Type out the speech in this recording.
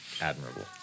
admirable